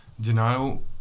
Denial